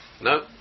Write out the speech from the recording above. No